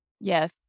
Yes